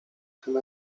tym